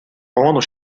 rendre